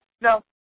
No